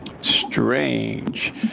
Strange